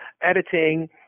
editing